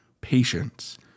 patience